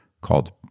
called